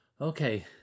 Okay